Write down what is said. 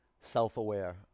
self-aware